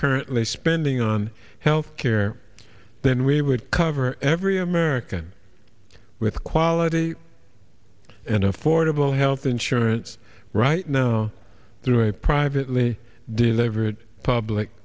currently spending on health care then we would cover every american with quality and affordable health insurance right now through a privately delivered public